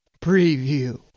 preview